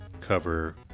cover